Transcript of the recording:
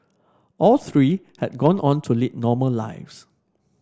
all three have gone on to lead normal lives